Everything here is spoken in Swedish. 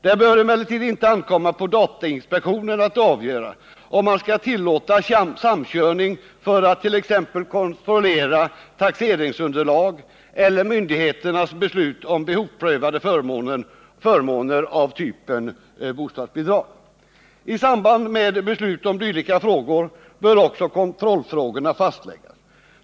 Det bör emellertid inte ankomma på datainspektionen att avgöra om man skall tillåta samkörning för att t.ex. kontrollera taxeringsunderlag eller myndigheternas beslut om behovsprövade förmåner av typen bostadsbidrag. I samband med beslut om dylika frågor bör också kontrollfrågorna fastläggas.